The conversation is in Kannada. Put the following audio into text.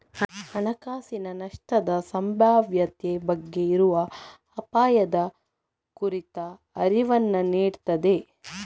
ಹಣಕಾಸಿನ ನಷ್ಟದ ಸಂಭಾವ್ಯತೆ ಬಗ್ಗೆ ಇರುವ ಅಪಾಯದ ಕುರಿತ ಅರಿವನ್ನ ನೀಡ್ತದೆ